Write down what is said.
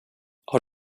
har